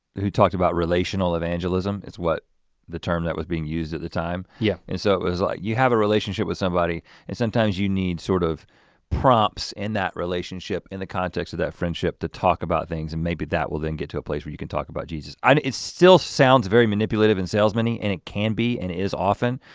who talked about relational evangelism. it's what the term that was being used at the time. yeah. and so it was like you have a relationship with somebody and sometimes you need sort of prompts in that relationship in the context of that friendship to talk about things and maybe that will then get to a place where you can talk about jesus and it still sounds very manipulative manipulative and sounds many and it can be and is often,